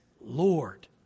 Lord